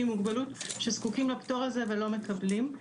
עם מוגבלות שזקוקים לפטור הזה ולא מקבלים.